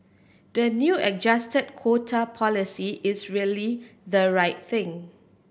the new adjusted quota policy is really the right thing